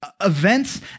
events